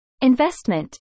Investment